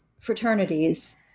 fraternities